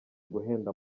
guhenda